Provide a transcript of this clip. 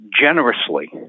generously